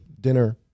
dinner